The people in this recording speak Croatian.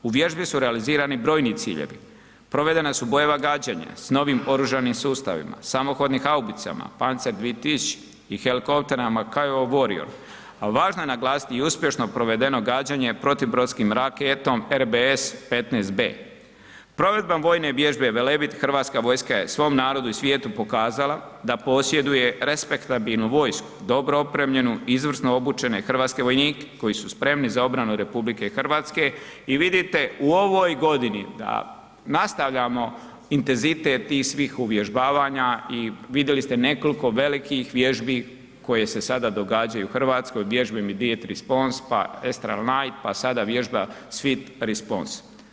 U vježbi su realizirani brojni ciljevi, provedena su bojeva gađanja s novim oružanim sustavima, samohodnim haubicama, Panzer 2000 i helikopterima Kiowa Warrior, a važno je naglasiti i uspješno provedeno gađanje protubrodskim raketom RBS 15 B. provedbom vojne vježbe Velebit HV je svom narodu i svijetu pokazala da posjeduje respektabilnu vojsku, dobro opremljenu, izvrsno obučene vojnike koji su spremni za obranu RH i vidite u ovoj godini da nastavljamo intenzitet tih svih uvježbavanja i vidjeli ste nekoliko velikih vježbi koje se sada događaju u Hrvatskoj, vježbe Immedate Response pa Astral Knight pa sada vježba Swift Response.